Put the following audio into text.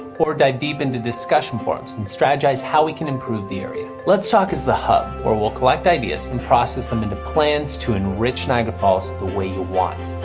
or dive deep into discussion forums and strategize how we can improve the area. let's talk is the hub where we'll collect ideas and process them into plans to enrich niagara falls the way you want.